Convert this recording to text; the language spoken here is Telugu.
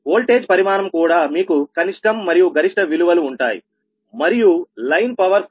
వోల్టేజ్ పరిమాణం కూడా మీకు కనిష్టం మరియు గరిష్ట విలువలు ఉంటాయి మరియు లైన్ పవర్ ఫ్లో